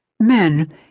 Men